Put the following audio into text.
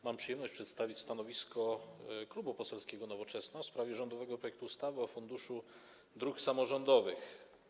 Mam przyjemność przedstawić stanowisko Klubu Poselskiego Nowoczesna w sprawie rządowego projektu ustawy o Funduszu Dróg Samorządowych.